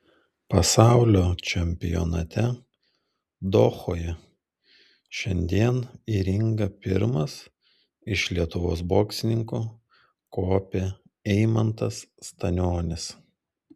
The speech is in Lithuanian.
pasaulio čempionate dohoje šiandien į ringą pirmas iš lietuvos boksininkų kopė eimantas stanionis